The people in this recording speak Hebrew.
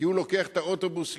כי הוא לוקח את האוטובוס לירושלים,